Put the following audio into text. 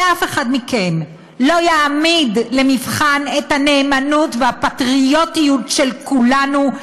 ואף אחד מכם לא יעמיד למבחן את הנאמנות והפטריוטיות של כולנו,